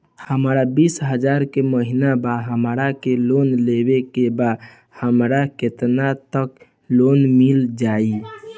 हमर बिस हजार के महिना बा हमरा के लोन लेबे के बा हमरा केतना तक लोन मिल जाई?